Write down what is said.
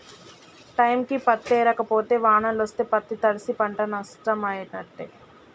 టైంకి పత్తేరక పోతే వానలొస్తే పత్తి తడ్సి పంట నట్టమైనట్టే